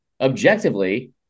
objectively